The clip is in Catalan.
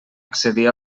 accedir